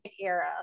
era